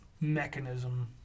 mechanism